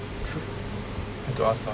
to ask lah